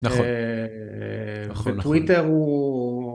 ‫נכון. נכון, נכון. ‫- בטוויטר הוא...